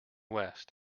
west